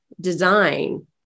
design